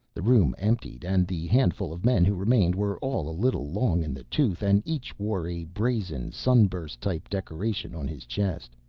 the room emptied and the handful of men who remained were all a little long in the tooth and each wore a brazen, sun-burst type decoration on his chest.